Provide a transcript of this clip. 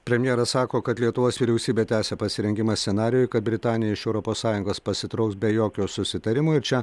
premjeras sako kad lietuvos vyriausybė tęsia pasirengimą scenarijui kad britanija iš europos sąjungos pasitrauks be jokio susitarimo ir čia